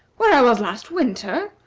where i was last winter!